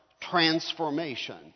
transformation